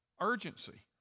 Urgency